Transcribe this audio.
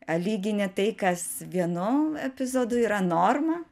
a lygini tai kas vienu epizodu yra norma